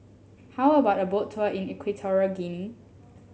how about a Boat Tour in Equatorial Guinea